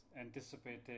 anticipated